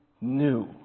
new